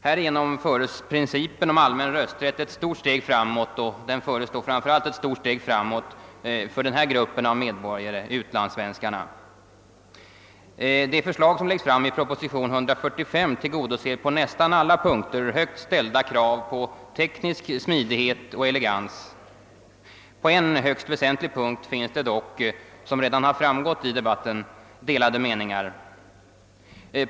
Härigenom föres principen om allmän rösträtt ett stort steg framåt, framför allt för denna grupp av medborgare. Det förslag som läggs fram i proposition 145 tillgodoser på nästan alla punkter högt ställda krav på teknisk smidighet och elegans. På en högst väsentlig punkt föreligger det dock, som redan framgått av debatten, delade meningar.